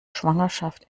schwangerschaft